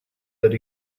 that